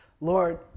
Lord